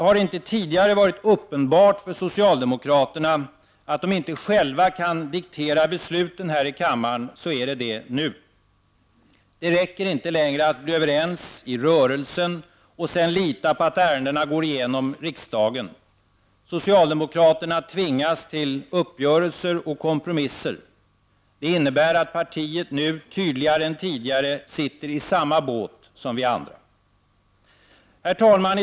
Har det inte tidigare varit uppenbart för socialdemokraterna att de inte själva kan diktera besluten här i kammaren, så är det det nu. Det räcker inte längre att bli överens i Rörelsen och sedan lita på att ärendena går igenom i riksdagen. Socialdemokraterna tvingas till uppgörelser och kompromisser. Det innebär att partiet nu tydligare än tidigare sitter i samma båt som vi andra. Herr talman!